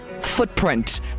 footprint